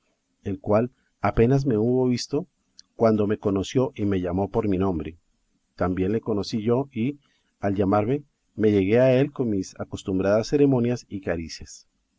el cual apenas me hubo visto cuando me conoció y me llamó por mi nombre también le conocí yo y al llamarme me llegué a él con mis acostumbradas ceremonias y caricias